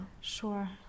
sure